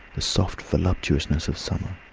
the soft voluptuousness of summer,